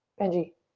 benji.